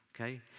okay